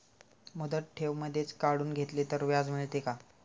मुदत ठेव मधेच काढून घेतली तर व्याज मिळते का?